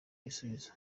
ibisubizo